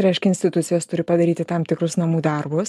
reiškia institucijos turi padaryti tam tikrus namų darbus